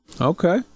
Okay